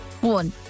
one